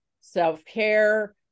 self-care